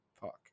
Fuck